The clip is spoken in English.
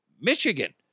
Michigan